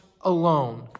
alone